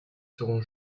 seront